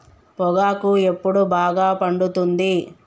పొగాకు ఎప్పుడు బాగా పండుతుంది?